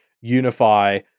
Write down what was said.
unify